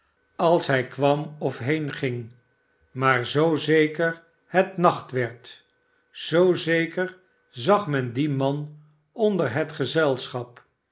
als hi kwam of heenging maar zoo zeker het nacht werd zoo zeker zag men dien man onder het gezelschap